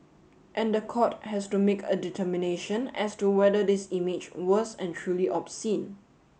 and the court has to make a determination as to whether this image was and truly obscene